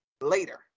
Later